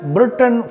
Britain